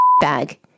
bag